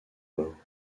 morts